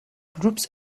groups